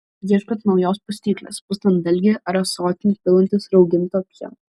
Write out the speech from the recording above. ieškant naujos pustyklės pustant dalgį ar ąsotin pilantis rauginto pieno